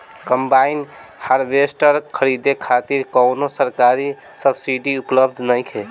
Combine harvester खरीदे खातिर कउनो सरकारी सब्सीडी उपलब्ध नइखे?